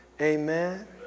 Amen